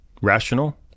rational